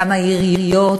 גם העיריות,